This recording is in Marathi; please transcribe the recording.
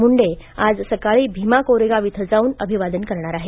मुंडे आज सकाळी भीमा कोरेगाव इथं जाऊन अभिवादन करणार आहेत